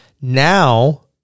Now